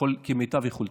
כמיטב יכולתי.